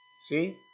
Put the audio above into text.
See